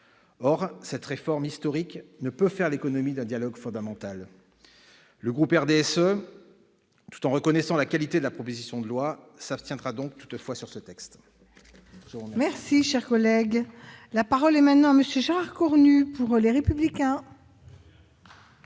Or cette réforme historique ne peut faire l'économie d'un dialogue fondamental. Le groupe du RDSE, tout en reconnaissant la qualité de la proposition de loi, s'abstiendra toutefois sur ce texte. La parole est à M. Gérard Cornu, pour le groupe Les Républicains.